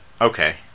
Okay